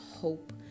hope